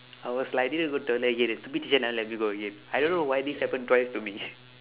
I was like I needed to go toilet again the stupid teacher never let me go again I don't know why this happen twice to me